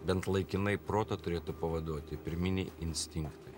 bent laikinai protą turėtų pavaduoti pirminiai instinktai